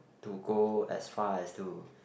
to go as far as to